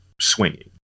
swinging